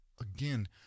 again